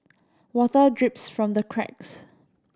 water drips from the cracks